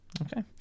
Okay